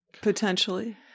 Potentially